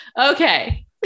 Okay